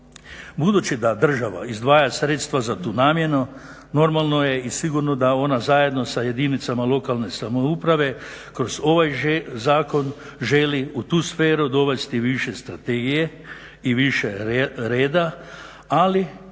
Budući da država izdvaja sredstva za tu namjenu normalno je i sigurno da ona zajedno sa jedinice lokalne samouprave kroz ovaj zakon želi u tu sferu dovesti više strategije i više reda, ali